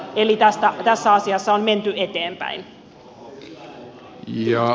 eli tässä asiassa on menty eteenpäin